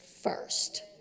first